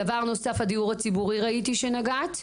דבר נוסף ראית שנגעת בדיור הציבורי.